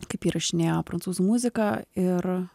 kaip įrašinėjo prancūzų muziką ir